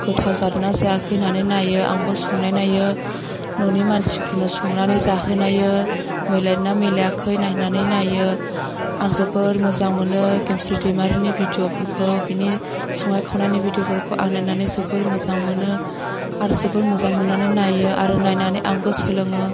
गोथाव जादोंना जायाखै होन्नानै नाइयो आंबो संनाय नाइयो न'नि मानसिफोरनो संनानै जाहो नाइयो मिलायदोंना मिलाइयाखै होन्नानै नाइयो आं जोबोर मोजां मोनो गेमस्रि दैमारिनि भिडिअफोरखौ बिनि संनाय खावनायनि भिडिअफोरखौ आं नायनानै जोबोर मोजां मोनो आर जोबोर मोजां मोन्नानै नाइयो आरो नायनानै आंबो सोलोङो